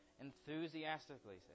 enthusiastically